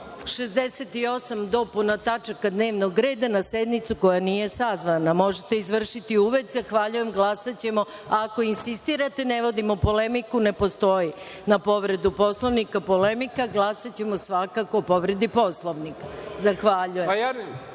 68 dopuna tačaka dnevnog reda na sednicu koja nije sazvana. Možete izvršiti uvid. Zahvaljujem. Glasaćemo ako insistirate. Ne vodimo polemiku, ne postoji na povredu Poslovnika polemika. Glasaćemo svakako o povredi Poslovnika. Zahvaljujem.(Zoran